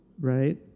right